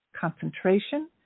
concentration